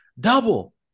Double